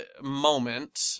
moment